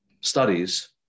studies